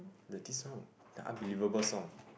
the this song the unbelievable song